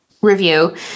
review